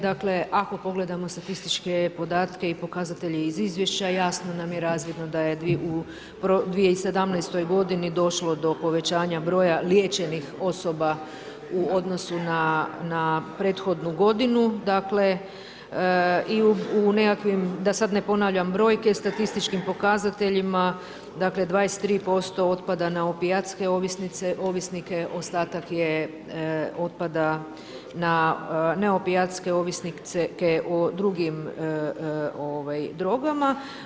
Dakle ako pogledamo statističke podatke i pokazatelje iz izvješća, jasno nam je razvidno da u 2017. g. došlo do povećanja broja liječenih osoba u odnosu na prethodnu godinu, dakle i u nekakvim da sad ne ponavljam brojke, statističkim pokazateljima, dakle 23% otpada na opijatske ovisnike, ostatak otpada na opijatske ovisnike o drugim drogama.